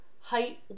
height